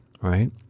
right